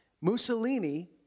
Mussolini